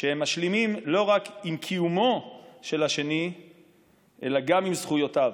כשהם משלימים לא רק עם קיומו של השני אלא גם עם זכויותיו.